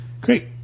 Great